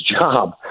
job